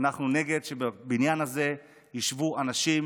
אנחנו נגד שבבניין הזה ישבו אנשים